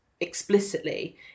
explicitly